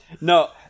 No